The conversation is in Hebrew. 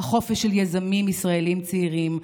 החופש של יזמים ישראלים צעירים,